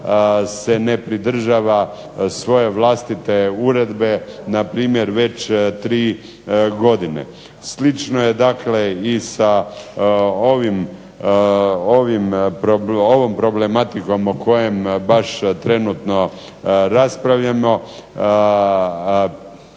se ne pridržava svoje vlastite uredbe, npr. već 3 godine. Slično je dakle i sa ovom problematikom o kojem baš trenutno raspravljamo.